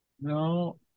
No